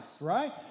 right